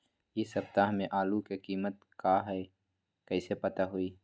इ सप्ताह में आलू के कीमत का है कईसे पता होई?